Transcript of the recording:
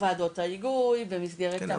וועדות ההיגוי, במסגרת הוועדות השונות.